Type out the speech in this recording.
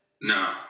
No